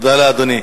תודה לאדוני.